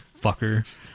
fucker